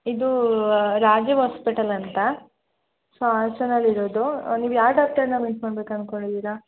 ಇದು ರಾಜೀವ್ ಹಾಸ್ಪೆಟಲ್ ಅಂತ ಸೊ ಹಾಸನಲ್ಲಿ ಇರೋದು ನೀವು ಯಾವ ಡಾಕ್ಟರ್ನ ಮೀಟ್ ಮಾಡ್ಬೇಕು ಅನ್ಕೊಂಡಿದ್ದೀರ